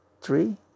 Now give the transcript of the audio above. three